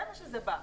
זה מה שזה בא לעשות.